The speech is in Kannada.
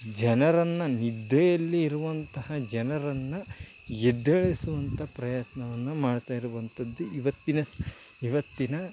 ಜನರನ್ನು ನಿದ್ದೆಯಲ್ಲಿ ಇರುವಂತಹ ಜನರನ್ನು ಎದ್ದೇಳಿಸುವಂಥ ಪ್ರಯತ್ನವನ್ನು ಮಾಡ್ತಾಯಿರುವಂಥದ್ದು ಇವತ್ತಿನ ಸ ಇವತ್ತಿನ